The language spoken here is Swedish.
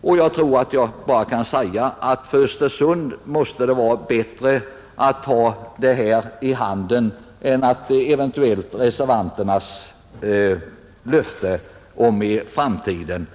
och jag tror att jag bara kan säga att för Östersund måste det vara bättre att ha det här i handen än att eventuellt bygga på reservantens löfte om framtiden.